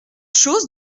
chose